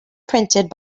printed